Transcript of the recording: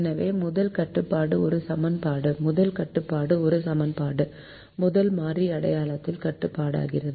எனவே முதல் கட்டுப்பாடு ஒரு சமன்பாடு முதல் கட்டுப்பாடு ஒரு சமன்பாடு முதல் மாறி அடையாளத்தில் கட்டுப்பாடற்றது